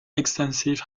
extensive